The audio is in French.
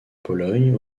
pologne